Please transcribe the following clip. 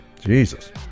Jesus